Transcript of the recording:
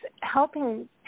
helping